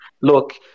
look